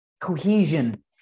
cohesion